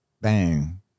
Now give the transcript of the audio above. bang